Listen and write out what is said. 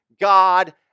God